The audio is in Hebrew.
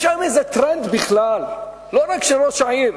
יש היום איזה טרנד בכלל, לא רק של ראש העיר.